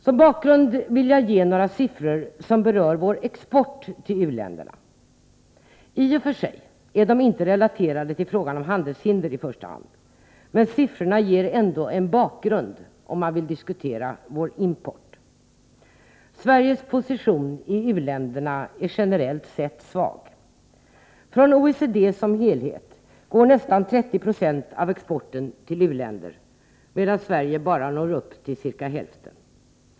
Som bakgrund vill jag ange några siffror som berör vår export till u-länderna. I och för sig är siffrorna inte relaterade till frågan Om åtgärder mot om handelshinder i första hand, men de ger ändå en bakgrund om man vill handelshinder diskutera vår import. Sveriges position i u-länderna är generellt sett svag. Från OECD som helhet går nästan 30 70 av exporten till u-länder, medan Sverige bara når upp till ca hälften.